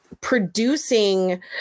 producing